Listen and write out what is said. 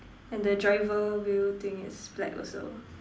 and the driver wheel thing is black also